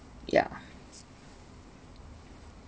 yeah